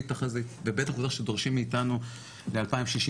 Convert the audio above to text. ובטח ובטח כשדורשים מאיתנו ל-2064,